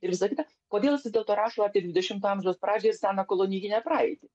ir visa kita kodėl vis dėlto rašau apie dvidešimto amžiaus pradžią ir seną kolonijinę praeitį